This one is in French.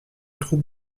troupe